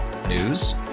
News